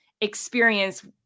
experience